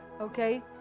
okay